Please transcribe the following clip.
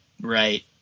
Right